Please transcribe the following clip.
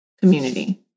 community